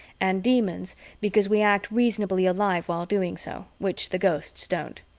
and demons because we act reasonably alive while doing so which the ghosts don't.